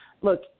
look